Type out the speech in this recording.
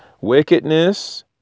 wickedness